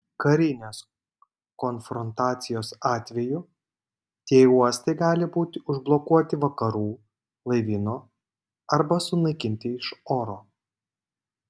karinės konfrontacijos atveju tie uostai gali būti užblokuoti vakarų laivyno arba sunaikinti iš oro